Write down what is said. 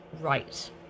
right